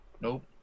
Nope